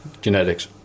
Genetics